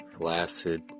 flaccid